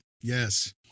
Yes